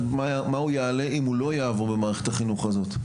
מה הוא יעלה אם הוא לא יעבור במערכת החינוך הזאת.